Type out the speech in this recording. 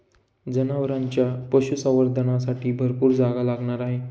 जनावरांच्या पशुसंवर्धनासाठी भरपूर जागा लागणार आहे